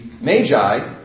Magi